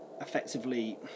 Effectively